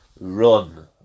run